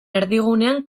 erdigunean